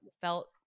felt